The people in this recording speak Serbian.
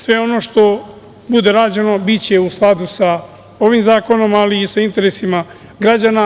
Sve ono što bude rađeno, biće u skladu sa ovim zakonom, ali i sa interesima građana.